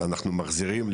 אנחנו מחזירים,